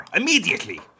immediately